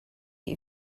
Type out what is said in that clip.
you